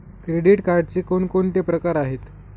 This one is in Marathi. क्रेडिट कार्डचे कोणकोणते प्रकार आहेत?